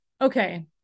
okay